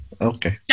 okay